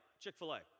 Chick-fil-A